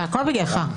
זה הכול בגללך.